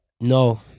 no